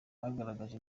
bagaragaje